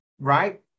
right